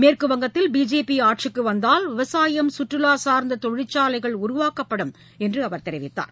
மேற்குவங்கத்தில் பிஜேபி ஆட்சிக்கு வந்தால் விவசாயம் சுற்றுவா சார்ந்த தொழிற்சாலைகள் உருவாக்கப்படும் என்று அவர் தெரிவித்தார்